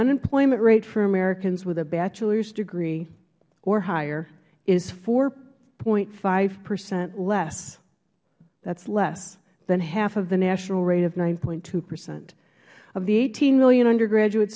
unemployment rate for americans with a bachelor's degree or higher is four point five percent less that is less than half of the national rate of nine point two percent of the eighteen million undergraduate